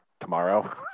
tomorrow